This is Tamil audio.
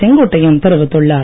செங்கோட்டையன் தெரிவித்துள்ளார்